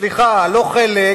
סליחה, לא חלק.